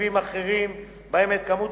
מרכיבים אחרים ובכלל זה את כמות